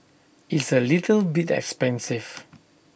it's A little bit expensive